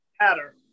matter